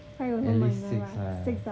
at least six lah